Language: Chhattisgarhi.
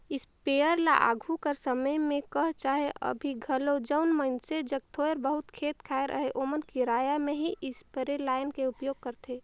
इस्पेयर ल आघु कर समे में कह चहे अभीं घलो जउन मइनसे जग थोर बहुत खेत खाएर अहे ओमन किराया में ही इस्परे लाएन के उपयोग करथे